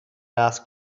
ask